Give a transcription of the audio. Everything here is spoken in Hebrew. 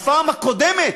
בפעם הקודמת,